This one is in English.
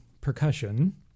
percussion